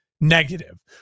negative